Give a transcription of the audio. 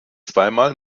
zweimal